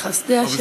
בחסדי השם.